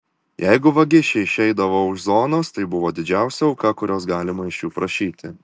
jeigu vagišiai išeidavo už zonos tai buvo didžiausia auka kurios galima iš jų prašyti